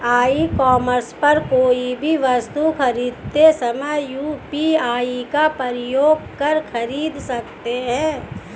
ई commerce पर कोई भी वस्तु खरीदते समय यू.पी.आई का प्रयोग कर खरीद सकते हैं